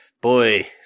boy